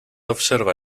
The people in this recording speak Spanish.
observa